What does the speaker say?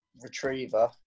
Retriever